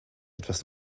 etwas